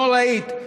נוראית,